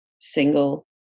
single